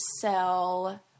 sell